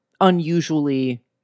unusually